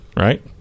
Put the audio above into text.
right